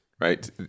right